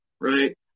Right